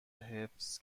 حفظ